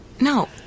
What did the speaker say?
No